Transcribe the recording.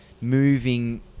moving